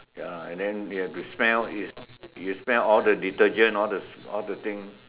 ya and then you have to smell is you smell all the detergent all the all the thing